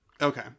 Okay